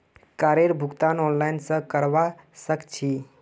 कारेर भुगतान ऑनलाइन स करवा सक छी